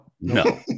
No